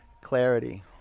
clarity